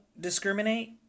discriminate